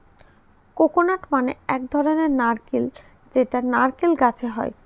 coconut মানে এক ধরনের নারকেল যেটা নারকেল গাছে হয়